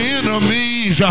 enemies